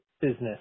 business